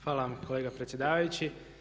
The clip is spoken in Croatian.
Hvala vam kolega predsjedavajući.